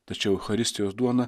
tačiau eucharistijos duona